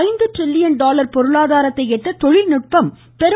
ஐந்து trillion dollar பொருளாதாரத்தை எட்ட தொழில்நுட்பம் பெரும்